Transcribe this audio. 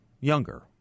younger